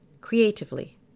creatively